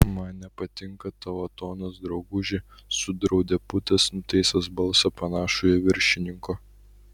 man nepatinka tavo tonas drauguži sudraudė putas nutaisęs balsą panašų į viršininko